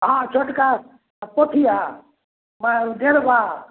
हँ छोटका पोठिआ आएँ डेढ़बा